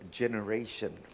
generation